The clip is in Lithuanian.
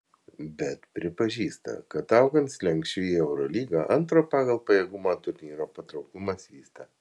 bet pripažįsta kad augant slenksčiui į eurolygą antro pagal pajėgumą turnyro patrauklumas vysta